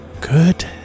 good